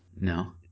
no